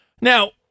Now